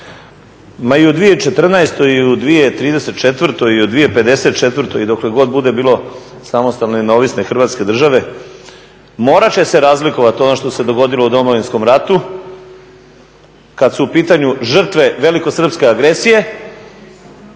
Ma i u 2014.i u 2034.i u 2054.i dok god bude bilo samostalne i neovisne Hrvatske države morat će se razlikovati ono što se dogodilo u Domovinskom ratu kada su u pitanju žrtve velikosrpske agresije